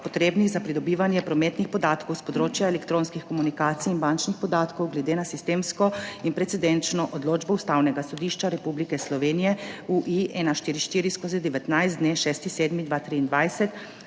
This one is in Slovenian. za pridobivanje prometnih podatkov s področja elektronskih komunikacij in bančnih podatkov glede na sistemsko in precedenčno odločbo Ustavnega sodišča Republike Slovenije U-I-144/19 dne 6. 7. 2023, saj